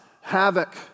havoc